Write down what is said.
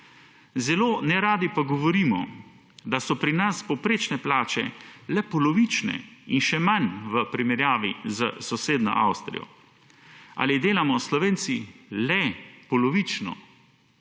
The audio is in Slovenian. Zelo neradi govorimo, da so pri nas povprečne plače le polovične in še manj v primerjavi s sosednjo Avstrijo. Ali delamo Slovenci le polovično,